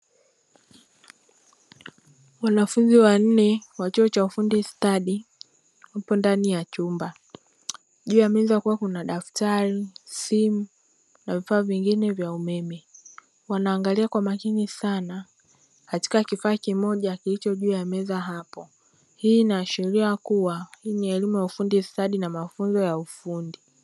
Wanafunzi wanne wa chuo cha ufundi stadi wapo ndani ya chumba. Juu ya meza kulikuwa na daftari, simu na vifaa vingine vya umeme, wanaangalia kwa makini sana katika kifaa kimoja kilicho juu ya meza hapo. Hii inaashiria kuwa hii ni elimu ya ufundi stadi na mafunzo ya ufundi.